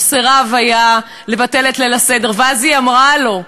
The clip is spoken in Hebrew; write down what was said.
והוא סירב לבטל את ליל הסדר, ואז היא אמרה לו: